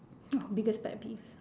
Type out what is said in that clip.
oh biggest pet peeves